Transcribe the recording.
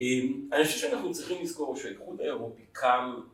אמ.. אני חושב שאנחנו צריכים לזכור שהאיחוד האירופי קם...